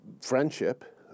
friendship